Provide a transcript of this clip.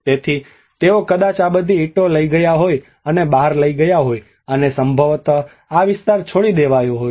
તેથી તેઓ કદાચ આ બધી ઇંટો લઈ ગયા હોય અને બહાર લય ગયા હોય અને સંભવત આ વિસ્તાર છોડી દેવાયો હોય